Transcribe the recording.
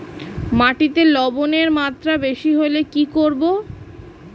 মাটিতে লবণের মাত্রা বেশি হলে কি করব?